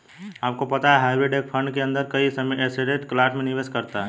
आपको पता है हाइब्रिड एक ही फंड के अंदर कई एसेट क्लास में निवेश करता है?